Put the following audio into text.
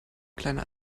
kleiner